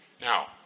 Now